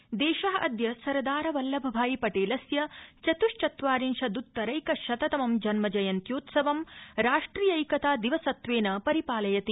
एकतादिवस देश अद्य सरदार वल्लभ भाई पटेलस्य चतुश्चत्वारिशदुत्तैकशत तमं जन्म जयन्योत्सवं राष्ट्रियैकता दिवसत्वेन परिपालयति